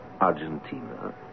Argentina